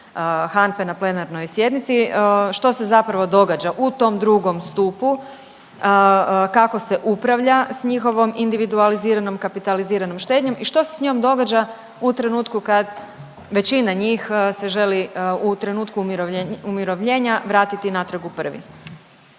HANFA-e na plenarnoj sjednici, što se zapravo događa u tom 2. stupu, kako se upravlja s njihovom individualiziranom, kapitaliziranom štednjom i što se s njom događa u trenutku kad većina njih se želi, u trenutku umirovljenja vratiti natrag u 1.